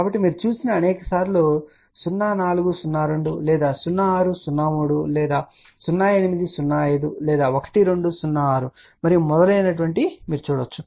కాబట్టి మీరు చూసిన అనేక సార్లు 0402 లేదా 0603 0805 1206 మరియు మొదలైనవి చెబుతున్నారని మీరు గమనించవచ్చు